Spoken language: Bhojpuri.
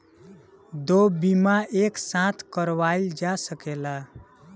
दो बीमा एक साथ करवाईल जा सकेला?